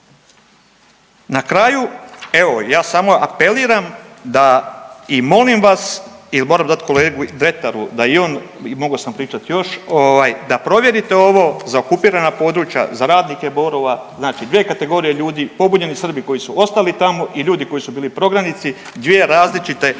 Na kraju, evo ja samo apeliram da i molim vas jel moram dat kolegi Dretaru da i on, mogao sam pričat još, ovaj da provjerite ovo za okupirana područja, za radnike Borova, znači dvije kategorije ljudi, pobunjeni Srbi koji su ostali tamo i ljudi koji su bili prognanici, dvije različite osnovice